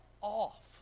off